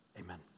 Amen